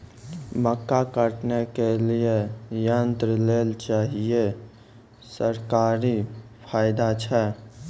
मक्का काटने के लिए यंत्र लेल चाहिए सरकारी फायदा छ?